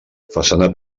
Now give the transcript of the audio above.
façana